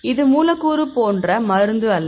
இது மூலக்கூறு போன்ற மருந்து அல்ல